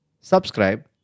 Subscribe